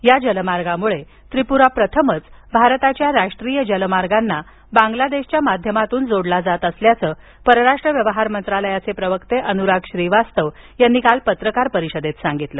या जलमार्गामुळं त्रिपुरा प्रथमच भारताच्या राष्ट्रीय जलमार्गाना बांगलादेशच्या माध्यमातून जोडला जात असल्याचं परराष्ट्र व्यवहार मंत्रालयाचे प्रवक्ते अनुराग श्रीवास्तव यांनी काल पत्रकार परिषदेत सांगितल